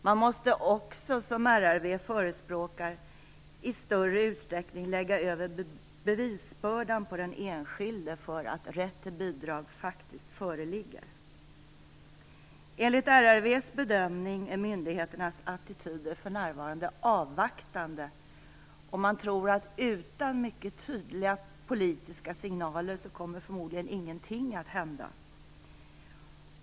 Man måste också, som RRV förespråkar, i större utsträckning lägga över bevisbördan för att rätt bidrag föreligger på den enskilde. Enligt RRV är myndigheternas attityder för närvarande avvaktande, och man tror att utan tydliga politiska signaler kommer förmodligen ingenting att hända.